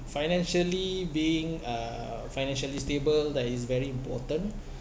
financially being uh financially stable that is very important